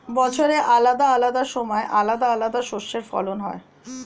বছরের আলাদা আলাদা সময় আলাদা আলাদা শস্যের ফলন হয়